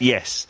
Yes